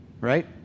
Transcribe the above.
right